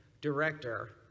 director